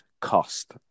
cost